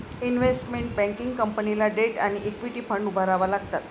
investment banking कंपनीला debt आणि equity fund उभारावे लागतात